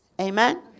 Amen